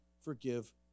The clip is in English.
forgive